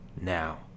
Now